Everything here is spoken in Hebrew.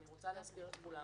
אני רוצה להזכיר לכולם